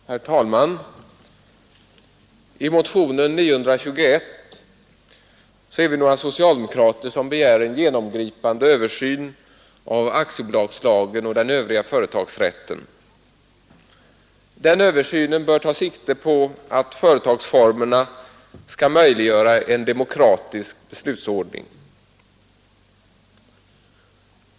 Herr talman! Vi är några socialdemokrater som i motionen 921 begär en genomgripande översyn av aktiebolagslagen och den övriga företagsrätten. Den översynen bör ta sikte på att företagsformerna skall möjliggöra en demokratisk beslutsordning.